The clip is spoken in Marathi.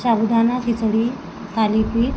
साबुदाणा खिचडी थालीपीठ